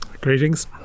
Greetings